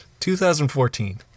2014